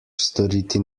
storiti